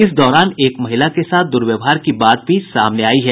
इस दौरान एक महिला के साथ दुर्व्यवहार की बात भी सामने आयी है